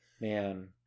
Man